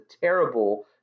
terrible